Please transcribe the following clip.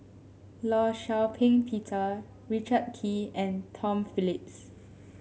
Law Shau Ping Peter Richard Kee and Tom Phillips